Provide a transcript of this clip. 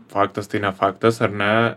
faktas tai ne faktas ar ne